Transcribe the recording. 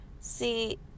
See